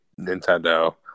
Nintendo